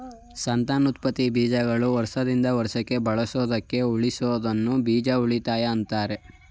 ಸಂತಾನೋತ್ಪತ್ತಿ ಬೀಜಗಳನ್ನು ವರ್ಷದಿಂದ ವರ್ಷಕ್ಕೆ ಬಳಸೋದಕ್ಕೆ ಉಳಿಸೋದನ್ನ ಬೀಜ ಉಳಿತಾಯ ಅಂತಾರೆ